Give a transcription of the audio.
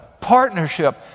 partnership